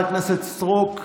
חברי הכנסת סטרוק,